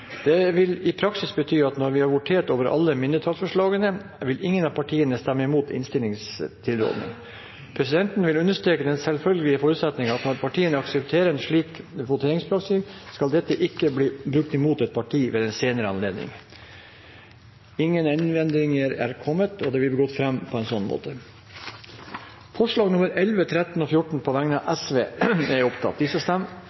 Det vil i praksis bety at når vi har votert over alle mindretallsforslagene, vil ingen av partiene stemme imot innstillingens tilråding. Presidenten vil understreke den selvfølgelige forutsetning at når partiene aksepterer en slik voteringspraksis, skal dette ikke bli brukt mot et parti ved en senere anledning. – Ingen innvendinger er kommet mot dette, og det vil bli gått fram på en slik måte. Det voteres over forslagene nr. 11, 13 og 14,